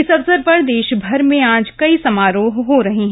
इस अवसर पर देशभर में आज कई समारोह हो रहे हैं